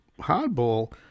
hardball